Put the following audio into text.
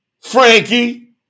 Frankie